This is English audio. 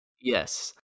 Yes